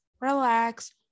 relax